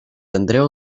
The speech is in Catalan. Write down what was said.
andreu